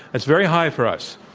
that's very high for us.